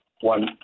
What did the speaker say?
one